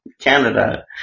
Canada